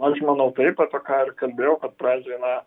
aš manau taip apie ką ir kalbėjau kad pradžiai na